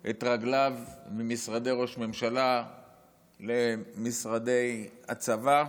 את רגליו ממשרדי ראש הממשלה למשרדי הצבא,